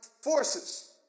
forces